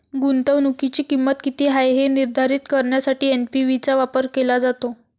गुंतवणुकीची किंमत किती आहे हे निर्धारित करण्यासाठी एन.पी.वी चा वापर केला जातो